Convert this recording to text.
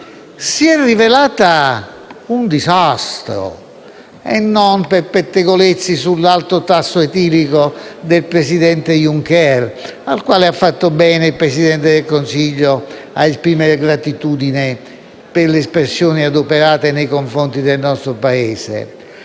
si è rivelata un disastro e non per pettegolezzi sull'alto tasso etilico del presidente Juncker, cui ha fatto bene il Presidente del Consiglio a esprimere gratitudine per le espressioni adoperate nei confronti del nostro Paese.